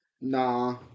Nah